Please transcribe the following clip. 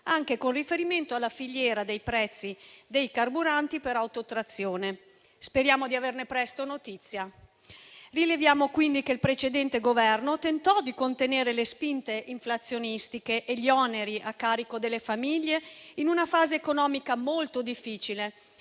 anche con riferimento alla filiera dei prezzi dei carburanti per autotrazione. Speriamo di averne presto notizia. Rileviamo quindi che il precedente Governo tentò di contenere le spinte inflazionistiche e gli oneri a carico delle famiglie in una fase economica molto difficile,